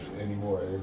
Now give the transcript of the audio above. anymore